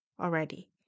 already